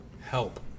Help